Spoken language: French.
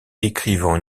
décrivant